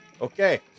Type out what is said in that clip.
Okay